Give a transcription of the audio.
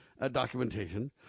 documentation